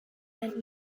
meant